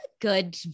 good